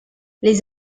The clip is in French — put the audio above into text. les